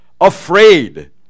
afraid